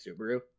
Subaru